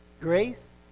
Grace